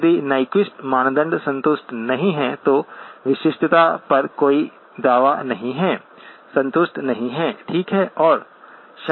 यदि नीक्वीस्ट मानदंड संतुष्ट नहीं है तो विशिष्टता पर कोई दावा नहीं है संतुष्ट नहीं है ठीक है